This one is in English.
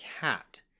cat